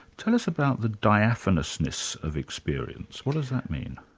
tell us about the diaphanousness of experience. what does that mean?